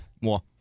More